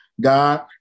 God